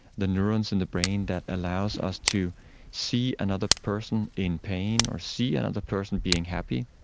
the neurons in the brain that allows us to see another person in pain or see another person being happy,